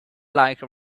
like